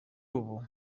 ubu